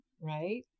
right